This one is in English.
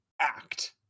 act